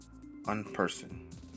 Unperson